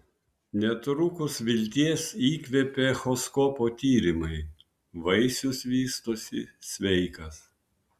netrukus vilties įkvėpė echoskopo tyrimai vaisius vystosi sveikas